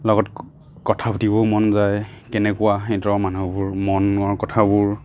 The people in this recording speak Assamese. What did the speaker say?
লগত কথা পাতিব মন যায় কেনেকুৱা সিহঁতৰ মানুহবোৰ মনৰ কথাবোৰ